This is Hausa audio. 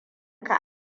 ka